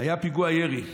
היה פיגוע ירי בחומש,